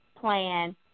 plan